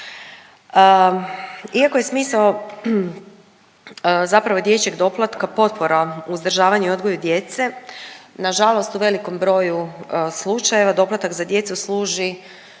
Iako je smisao zapravo dječjeg doplatka potpora uzdržavanju i odgoju djece nažalost u velikom broju slučajeva doplatak za djecu služi